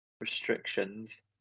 restrictions